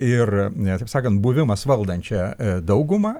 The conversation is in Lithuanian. ir na taip sakant buvimas valdančia dauguma